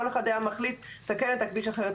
כל אחד היה מחליט לתקן את הכביש אחרת.